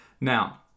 now